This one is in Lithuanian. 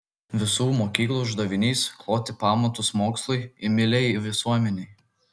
visų mokyklų uždavinys kloti pamatus mokslui imliai visuomenei